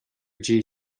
dtí